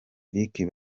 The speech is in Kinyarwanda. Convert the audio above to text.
lick